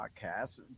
Podcast